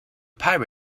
pirate